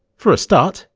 for a start,